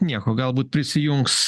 nieko galbūt prisijungs